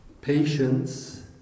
Patience